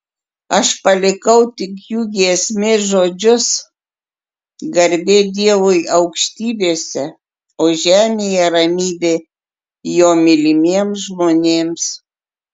aš palikau tik jų giesmės žodžius garbė dievui aukštybėse o žemėje ramybė jo mylimiems žmonėms